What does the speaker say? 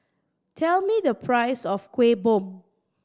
tell me the price of Kuih Bom